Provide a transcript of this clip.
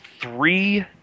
three